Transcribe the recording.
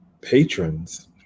patrons